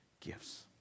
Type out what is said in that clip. gifts